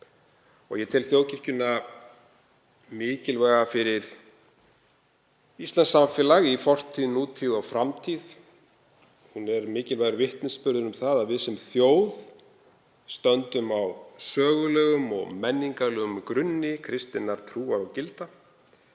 Ég tel þjóðkirkjuna mikilvæga fyrir íslenskt samfélag í fortíð, nútíð og framtíð. Hún er mikilvægur vitnisburður um að við sem þjóð stöndum á sögulegum og menningarlegum grunni kristinnar trúar og gilda.